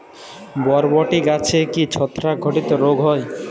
বরবটি গাছে কি ছত্রাক ঘটিত রোগ হয়?